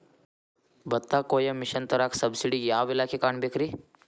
ಭತ್ತ ಕೊಯ್ಯ ಮಿಷನ್ ತರಾಕ ಸಬ್ಸಿಡಿಗೆ ಯಾವ ಇಲಾಖೆ ಕಾಣಬೇಕ್ರೇ?